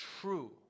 true